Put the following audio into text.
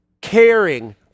caring